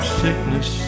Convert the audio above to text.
sickness